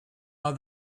are